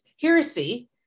heresy